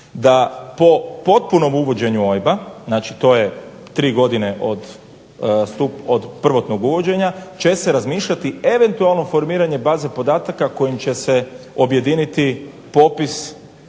da po potpunom uvođenju OIB-a, znači to je 3 godine od prvotnog uvođenja će se razmišljati eventualno formiranje baze podataka kojim će se objediniti popis